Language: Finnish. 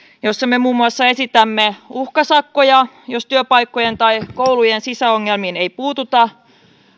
jossa me muun muassa esitämme uhkasakkoja jos työpaikkojen tai koulujen sisäongelmiin ei puututa